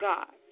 God